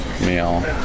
meal